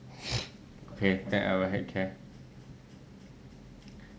okay then I will heck care